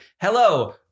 hello